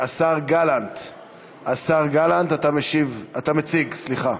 אשר תכליתו היא להבטיח יחסים הוגנים יותר לשני הצדדים לעסקה זו.